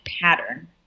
pattern